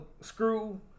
screw